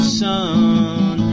sun